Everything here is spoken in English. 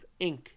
Inc